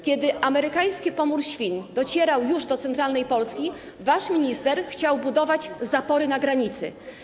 Kiedy amerykański pomór świń docierał już do centralnej Polski, wasz minister chciał budować zapory na granicy.